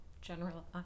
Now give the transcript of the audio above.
general